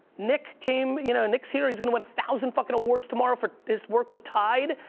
nick came, you know nick's here, he's gonna win a thousand fuckin' awards tomorrow for his work with tide.